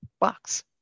box